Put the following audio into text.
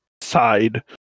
side